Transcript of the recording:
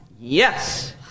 Yes